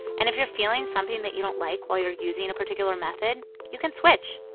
and if you're feeling something that you don't like while you're using a particular method, you can switch.